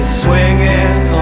swinging